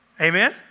Amen